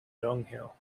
dunghill